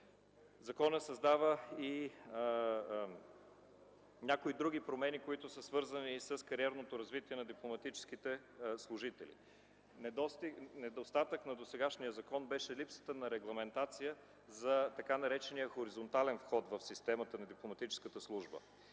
Законът създава и някои други промени, свързани с кариерното развитие на дипломатическите служители. Недостатък на досегашния закон беше липсата на регламентация за така наречения хоризонтален вход в системата на дипломатическата служба.